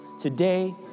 today